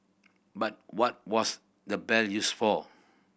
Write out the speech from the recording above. but what was the bell used for